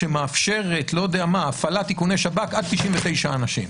שמאפשרת הפעלת איכוני שב"כ עד 99 אנשים.